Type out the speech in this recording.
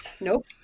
Nope